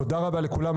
תודה רבה לכולם.